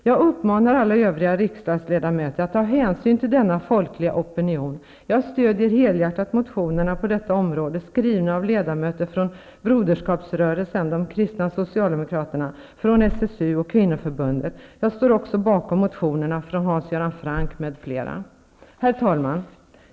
Jag uppmanar alla övriga riksdagsledmöter att ta hänsyn till denna folkliga opinion. Jag stöder helhjärtat motionerna på detta område, skrivna av ledamöter från Broderskapsrörelsen, de kristna socialdemokraterna, från SSU och från kvinnoförbundet. Jag står också bakom motionerna från Hans Göran Franck m.fl. Herr talman!